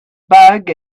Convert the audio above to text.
bug